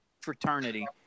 fraternity